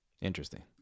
Interesting